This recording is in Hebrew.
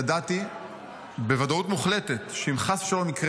ידעתי בוודאות מוחלטת שאם חס ושלום יקרה